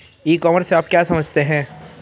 ई commerce से आप क्या समझते हैं?